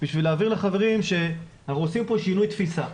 בשביל להבהיר לחברים שאנחנו עושים פה שינוי תפיסה.